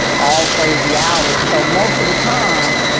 all crazy hours so most of the time,